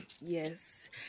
Yes